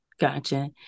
Gotcha